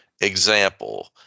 Example